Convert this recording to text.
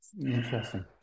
Interesting